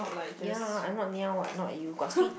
ya I'm not niao [what] not like you got sweet